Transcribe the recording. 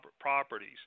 properties